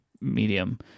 medium